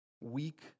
weak